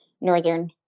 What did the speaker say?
Northern